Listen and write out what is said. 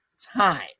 time